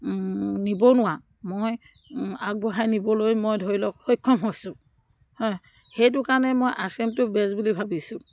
নিবনুৱা মই আগবঢ়াই নিবলৈ মই ধৰি লওক সক্ষম হৈছোঁ হে সেইটো কাৰণে মই আৰ চি এমটো বেজ বুলি ভাবিছোঁ